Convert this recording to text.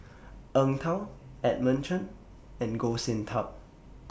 Eng Tow Edmund Chen and Goh Sin Tub